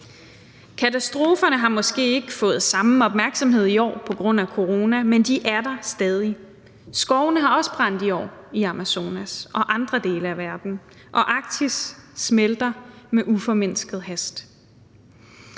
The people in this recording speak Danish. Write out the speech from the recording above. Katastrofen har måske ikke fået samme opmærksomhed i år på grund af corona, men den er der stadig. Skovene har også brændt i år i Amazonas og andre dele af verden, og Arktis smelter med uformindsket hast.